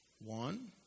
One